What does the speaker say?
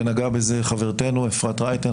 ונגעה בזה חברתנו אפרת רייטן,